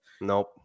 Nope